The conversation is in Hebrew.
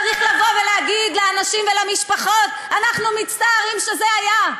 צריך לבוא ולהגיד לאנשים ולמשפחות: אנחנו מצטערים שזה היה.